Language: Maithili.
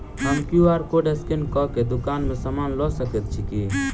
हम क्यू.आर कोड स्कैन कऽ केँ दुकान मे समान लऽ सकैत छी की?